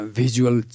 visual